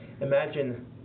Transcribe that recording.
imagine